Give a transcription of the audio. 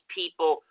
people